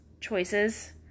Choices